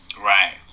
Right